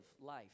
life